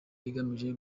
igamije